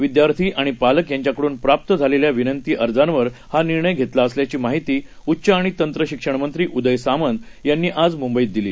विद्यार्थी आणि पालक यांच्याकडून प्राप्त झालेल्या विनंती अर्जांवर हा निर्णय घेतला असल्याची माहिती उच्च आणि तंत्र शिक्षण मंत्री उदय सामंत यांनी आज मुंबईत दिली